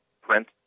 print